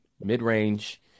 mid-range